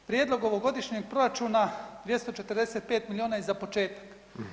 Prijedlog ovogodišnjeg proračuna 245 milijuna je za početak.